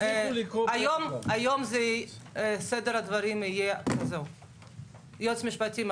יש פה את דרכי הסמכת המפקחים,